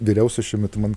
vyriausias šiuo metu man